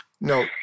No